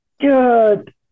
Good